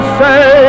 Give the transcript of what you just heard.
say